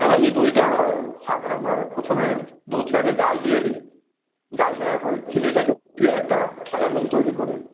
হ্যাঁ এই দইটা সাধারণভাবে প্রথমে দুধটাকে জাল দিয়ে দিই জাল দেওয়ার পর চিনিটাকে ফুটিয়ে একটা ক্যারামেল তৈরি করি